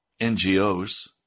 NGOs